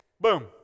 Boom